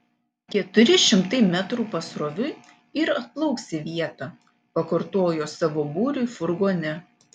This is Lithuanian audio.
keturi šimtai metrų pasroviui ir atplauks į vietą pakartojo savo būriui furgone